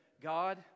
God